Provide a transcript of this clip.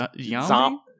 zombie